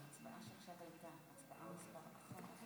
ההצבעה הקודמת מבוטלת.